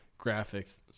graphics